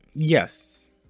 Yes